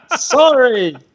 Sorry